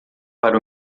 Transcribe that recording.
para